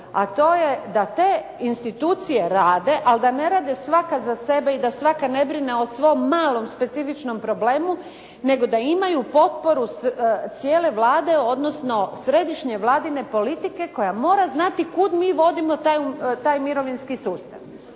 a to je da te institucije rade, ali da ne rade svaka za sebe i da svaka ne brine o svom malom, specifičnom problemu, nego da imaju potporu cijele Vlade, odnosno središnje Vladine politike koja mora znati kud mi vodimo taj mirovinski sustav